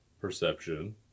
perception